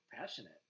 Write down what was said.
passionate